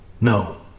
No